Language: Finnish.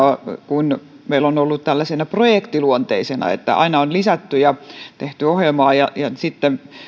kun meillä on ollut se tällaisena projektiluonteisena että aina on lisätty ja tehty ohjelmaa ja ja sitten